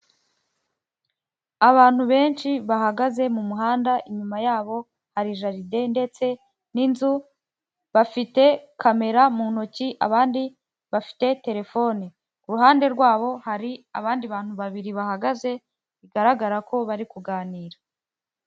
Abantu benshi bahagaze mu muhanda inyuma yabo hari jaride ndetse n'inzu, bafite kamera mu ntoki abandi bafite terefone, ku ruhande rwabo hari abandi bantu babiri bahagaze bigaragara ko bari kuganira.